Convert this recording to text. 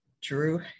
drew